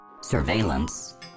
surveillance